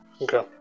Okay